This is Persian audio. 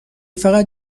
فقط